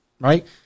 Right